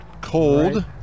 cold